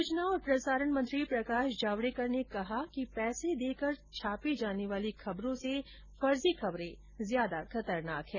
सूचना और प्रसारण मंत्री प्रकाश जावड़ेकर ने कहा है कि पैसे देकर छापी जाने वाली खबरों से फर्जी खबरे ज्यादा खतरनाक हैं